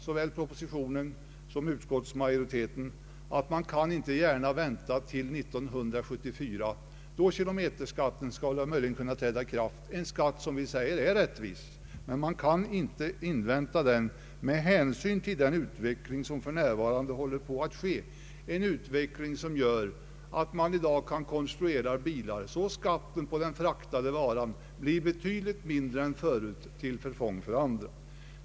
Såväl propositionen som utskottsmajoriteten hävdar att vi med hänsyn till dagens utveckling på bilkonstruktionernas område inte kan vänta till 1974. Det skulle innebära att skatten på den fraktade varan i realiteten skulle bli betydligt mindre än hittills till förfång för andra transportmedel.